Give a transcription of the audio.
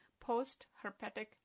post-herpetic